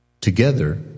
Together